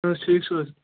اَہن حظ ٹھیٖک چھِو حظ